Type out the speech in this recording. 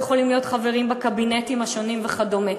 הם לא יכולים להיות חברים בקבינטים השונים וכדומה.